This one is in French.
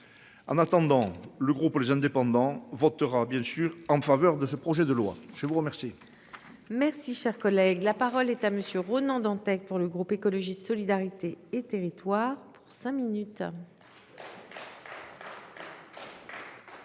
En attendant, le groupe les indépendants votera bien sûr en faveur de ce projet de loi, je vous remercie. Merci, cher collègue, la parole est à monsieur Ronan Dantec. Pour le groupe écologiste solidarité et territoires pour cinq minutes.